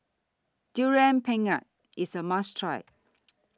Durian Pengat IS A must Try